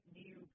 new